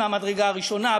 מהמדרגה הראשונה,